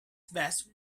best